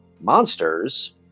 monsters